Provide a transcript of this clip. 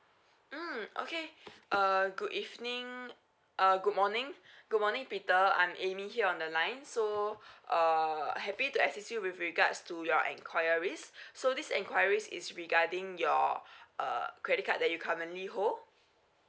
mm okay err good evening err good morning good morning peter I'm amy here on the line so err happy to assist you with regards to your enquiries so this enquiries is regarding your uh credit card that you currently hold